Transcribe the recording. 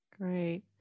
Great